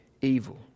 evil